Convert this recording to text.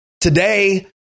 Today